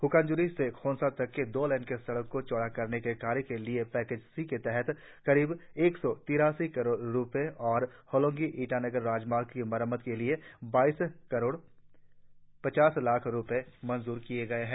हकानज्री से खोंसा तक दो लेन की सड़क को चौड़ा करने के कार्य के लिए पैकेज सी के तहत करीब एक सौ तीरासी करोड़ रुपये और होलोंगी ईटानगर राजमार्ग की मरम्मत के लिए बाईस करोड़ पचास लाख रुपये मंजूर किए गए है